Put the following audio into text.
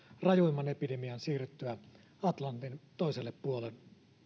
rajuimman epidemian siirryttyä atlantin toiselle puolen